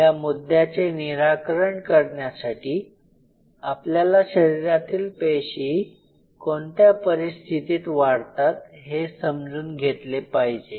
या मुद्याचे निराकरण करण्यासाठी आपल्याला शरीरातील पेशी कोणत्या परिस्थितीत वाढतात हे समजून घेतले पाहिजे